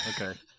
okay